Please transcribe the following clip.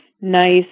nice